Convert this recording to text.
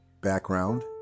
background